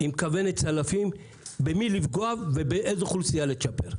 כוונת צלפים במי לפגוע ואיזו אוכלוסייה לצ'פר.